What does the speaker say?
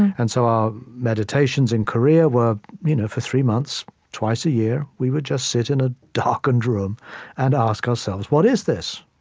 and so our meditations in korea were you know for three months, twice a year we would just sit in a darkened room and ask ourselves what is this?